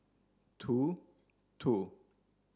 two